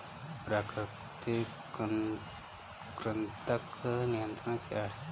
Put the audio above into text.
प्राकृतिक कृंतक नियंत्रण क्या है?